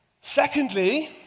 Secondly